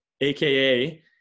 AKA